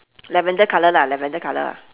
lavender colour lah lavender colour ah